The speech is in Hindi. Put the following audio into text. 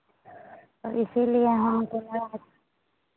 तो इसीलिए हम थोड़ा